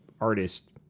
artist